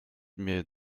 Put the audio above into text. mir